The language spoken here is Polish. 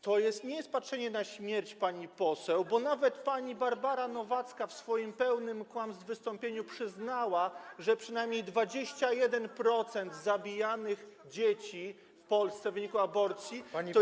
To nie jest patrzenie na śmierć, pani poseł, bo nawet pani Barbara Nowacka w swoim pełnym kłamstw wystąpieniu przyznała, że przynajmniej 21% zabijanych dzieci w Polsce w wyniku aborcji to dzieci z zespołem.